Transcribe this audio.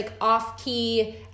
off-key